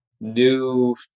new